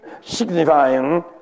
signifying